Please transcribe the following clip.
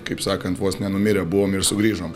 kaip sakant vos ne numirę buvom ir sugrįžom